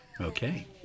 Okay